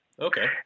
Okay